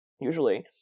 usually